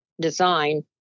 design